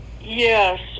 Yes